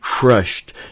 crushed